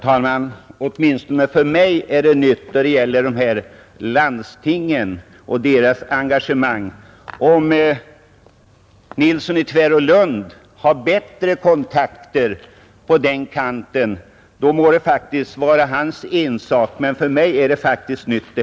Herr talman! Åtminstone för mig är det nytt vad som sagts om de här landstingen och deras engagemang. Om herr Nilsson i Tvärålund har bättre kontakter på den kanten må det vara hans ensak, men för mig är detta faktiskt nytt.